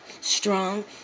Strong